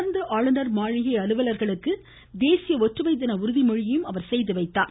தொடர்ந்து ஆளுநர் மாளிகை அலுவலர்களுக்கு தேசிய ஒற்றுமை தின உறுதிமொழியும் அவர் செய்து வைத்தார்